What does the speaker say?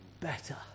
better